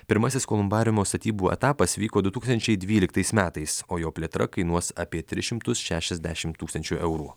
pirmasis kolumbariumo statybų etapas vyko du tūkstančiai dvyliktais metais o jo plėtra kainuos apie tris šimtus šešiasdešimt tūkstančių eurų